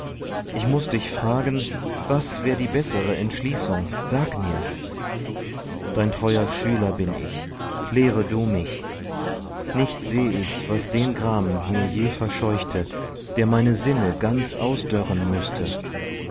ich muß dich fragen was wär die bessere entschließung sag mir's dein treuer schüler bin ich lehre du mich nicht seh ich was den gram mir je verscheuchte der meine sinne ganz ausdörren müßte